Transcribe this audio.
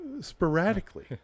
sporadically